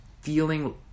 feeling